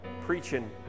preaching